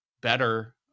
better